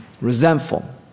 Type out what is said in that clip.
resentful